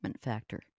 factor